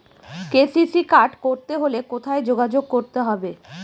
KCC card করতে হলে কোথায় যোগাযোগ করতে হবে?